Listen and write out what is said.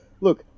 look